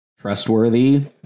trustworthy